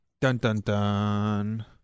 Dun-dun-dun